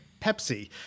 Pepsi